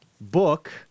book